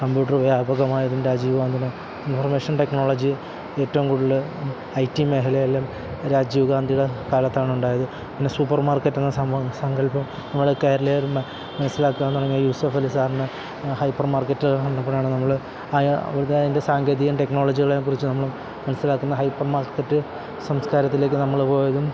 computer വ്യാപകമായതും രാജീവ് ഗാന്ധിയുടെ information technology ഏറ്റവും കൂടുതല് ഐ ടി മേഖലകളിലും രാജീവ് ഗാന്ധിയുടെ കാലത്താണുണ്ടായത് പിന്നെ സൂപ്പർ മാർക്കറ്റെന്ന സംഭവം സങ്കല്പം നമ്മുടെ കേരളീയരെന്നെ മനസ്സിലാക്കാൻ തുടങ്ങിയത് യൂസഫലി സാറിന് ഹൈപ്പർ മാർക്കറ്റ് വന്നപ്പോഴാണ് നമ്മള് അയാ അതിൻ്റെ സാങ്കേതിക ടെക്നോളജികളെ കുറിച്ച് നമ്മൾ മനസ്സിലാക്കുന്ന ഹൈപ്പർ മാർക്കറ്റ് സംസ്കാരത്തിലേക്ക് നമ്മള് പോയതും